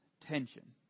tension